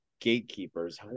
gatekeepers